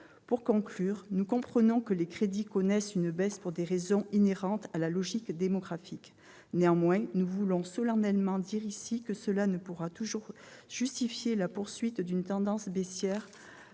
Pour conclure, nous comprenons que les crédits connaissent une baisse, pour des raisons inhérentes à la logique démographique. Néanmoins, nous voulons solennellement dire ici que cela ne pourra pas toujours justifier la poursuite d'une tendance baissière,